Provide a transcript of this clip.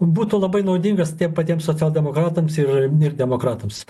būtų labai naudingas tiem patiem socialdemokratams ir ir demokratams